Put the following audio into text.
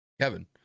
Kevin